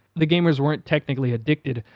the gamers weren't technically addicted,